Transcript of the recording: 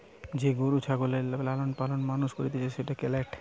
যে গরু ছাগলকে লালন পালন মানুষ করতিছে সেটা ক্যাটেল